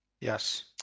Yes